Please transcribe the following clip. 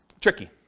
tricky